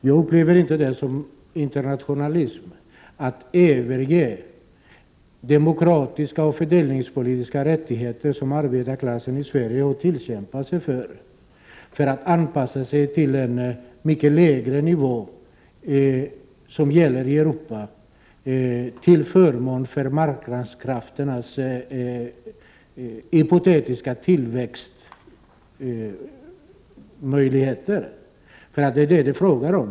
Jag upplever inte att det är internationalism att överge demokratiska och fördelningspolitiska rättigheter, som arbetarklassen i Sverige har tillkämpat sig, för att anpassa sig till en mycket lägre nivå, som gäller i Europa, till förmån för marknadskrafternas hypotetiska tillväxtmöjligheter. Det är vad det är fråga om.